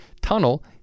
tunnel